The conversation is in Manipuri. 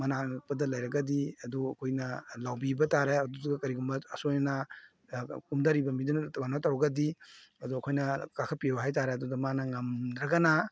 ꯃꯅꯥꯛ ꯅꯛꯄꯗ ꯂꯩꯔꯒꯗꯤ ꯑꯗꯨ ꯑꯩꯈꯣꯏꯅ ꯂꯥꯎꯕꯤꯕ ꯇꯥꯔꯦ ꯑꯗꯨꯒ ꯀꯔꯤꯒꯨꯝꯕ ꯑꯁꯣꯏ ꯑꯅꯥ ꯀꯨꯝꯗꯔꯤꯕ ꯃꯤꯗꯨꯅ ꯀꯩꯅꯣ ꯇꯧꯔꯒꯗꯤ ꯑꯗꯣ ꯑꯩꯈꯣꯏꯅ ꯀꯥꯈꯠꯄꯤꯎ ꯍꯥꯏꯇꯔꯦ ꯑꯗꯨꯗꯣ ꯃꯥꯅ ꯉꯝꯗ꯭ꯔꯒꯅ